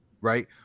right